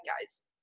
guys